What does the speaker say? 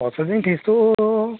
processing ফিজটো